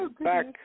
Back